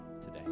today